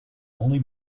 only